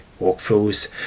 workflows